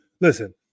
Listen